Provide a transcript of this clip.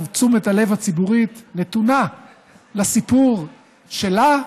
תשומת הלב הציבורית נתונה לסיפור שלה,